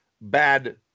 bad